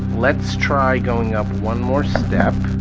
let's try going up one more step